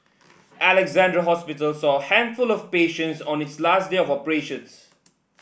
Alexandra Hospital saw a handful of patients on its last day of operations